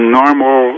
normal